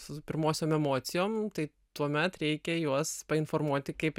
su pirmosiom emocijom tai tuomet reikia juos informuoti kaip